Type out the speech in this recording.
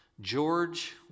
George